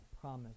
promise